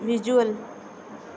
visual